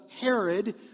Herod